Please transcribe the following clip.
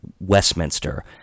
Westminster